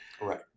Right